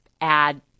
add